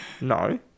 No